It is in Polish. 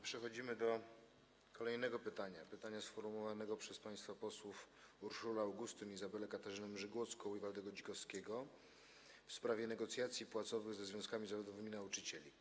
Przechodzimy do kolejnego pytania, sformułowanego przez państwa posłów Urszulę Augustyn, Izabelę Katarzynę Mrzygłocką i Waldy Dzikowskiego, w sprawie negocjacji płacowych ze związkami zawodowymi nauczycieli.